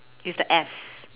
with the S